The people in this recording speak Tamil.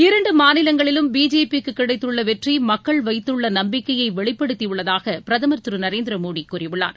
இரண்டு மாநிலங்களிலும் பிஜேபிக்கு கிடைத்துள்ள வெற்றி மக்கள் வைத்துள்ள நம்பிக்கையை வெளிப்படுத்தி உள்ளதாக பிரதமர் திரு நரேந்திர மோதி கூறியுள்ளார்